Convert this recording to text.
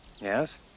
Yes